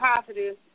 Positive